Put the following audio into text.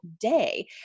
day